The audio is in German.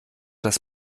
das